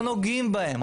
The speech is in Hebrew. לא נוגעים בהם,